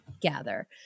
gather